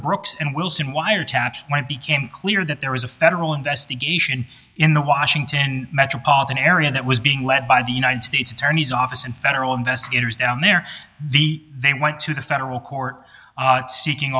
brooks and wilson wire attached when it became clear that there was a federal investigation in the washington metropolitan area that was being led by the united states attorney's office and federal investigators down there the they went to the federal court seeking